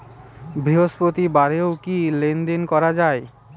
বৃহস্পতিবারেও কি লেনদেন করা যায়?